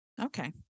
Okay